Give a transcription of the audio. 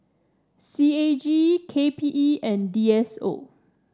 C A G K P E and D S O